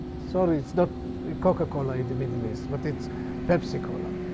sorry, it's not coca-cola in the middle east, but it's pepsi cola.